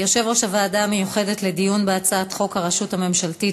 יושב-ראש הוועדה המיוחדת לדיון בהצעת חוק הרשות הממשלתית